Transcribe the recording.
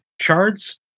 shards